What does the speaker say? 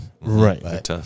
right